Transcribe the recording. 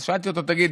אז שאלתי אותו: תגיד,